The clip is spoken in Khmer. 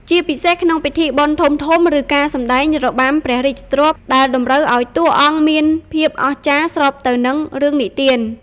ជាពិសេសក្នុងពិធីបុណ្យធំៗ ឬការសម្តែងរបាំព្រះរាជទ្រព្យ ដែលតម្រូវឱ្យតួអង្គមានភាពអស្ចារ្យស្របទៅនឹងរឿងនិទាន។